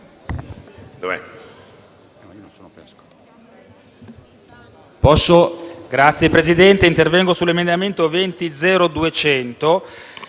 Signor Presidente, intervengo sull'emendamento 20.0.200